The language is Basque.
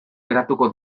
geratuko